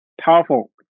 Powerful